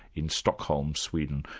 in stockholm, sweden.